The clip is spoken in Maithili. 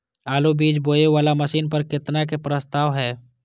आलु बीज बोये वाला मशीन पर केतना के प्रस्ताव हय?